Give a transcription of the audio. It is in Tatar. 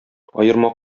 аерма